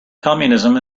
communism